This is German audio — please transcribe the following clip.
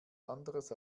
anderes